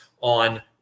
on